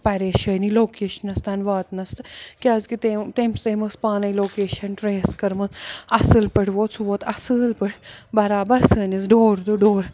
پَریشٲنی لوکیشنَس تام واتنَس تہٕ کیٛازِکہِ تٔمۍ تٔمۍ تٔمۍ ٲسۍ پانَے لوکیشَن ٹرٛیس کٔرمٕژ اَصٕل پٲٹھۍ ووت سُہ ووت اَصٕل پٲٹھۍ بَرابر سٲنِس ڈور تہٕ ڈور